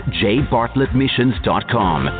jbartlettmissions.com